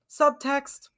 subtext